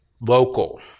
local